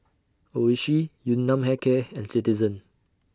Oishi Yun Nam Hair Care and Citizen